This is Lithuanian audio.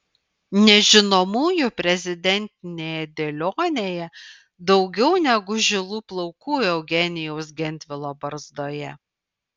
nežinomųjų prezidentinėje dėlionėje daugiau negu žilų plaukų eugenijaus gentvilo barzdoje